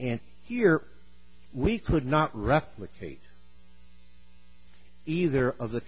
and here we could not replicate either of the